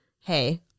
hey